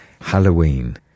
halloween